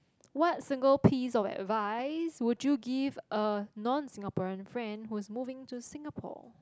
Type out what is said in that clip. what single piece of advice would you give a non Singaporean friend who's moving to Singapore